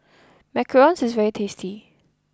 macarons is very tasty